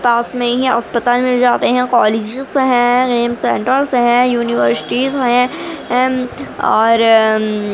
پاس ہی میں استپال مل جاتے ہیں کالجز ہیں ایمس سینٹرس ہیں یونیورشٹیز ہیں اور